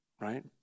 right